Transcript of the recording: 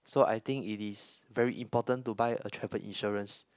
so I think it is very important to buy a travel insurance